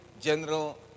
general